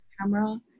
camera